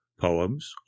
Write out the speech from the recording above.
Poems